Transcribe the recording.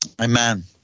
Amen